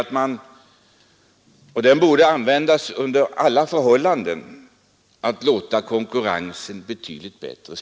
Ett sätt — som borde användas under alla förhållanden — är att låta konkurrensen göra sig gällande.